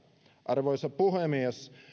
arvoisa puhemies